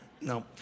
No